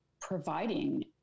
providing